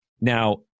now